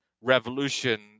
Revolution